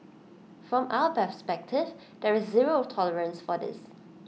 from our perspective there is zero tolerance for this